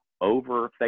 over